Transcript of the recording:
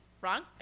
wrong